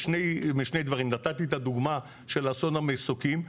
בשני דברים: נתתי את הדוגמה של אסון המסוקים,